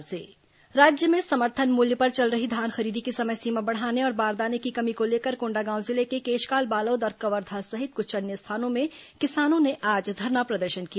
धान खरीदी धरना प्रदर्शन राज्य में समर्थन मूल्य पर चल रही धान खरीदी की समय सीमा बढ़ाने और बारदाने की कमी को लेकर कोंडागांव जिले के केशकाल बालोद और कवर्धा सहित कुछ अन्य स्थानों में किसानों ने आज धरना प्रदर्शन किया